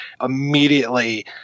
Immediately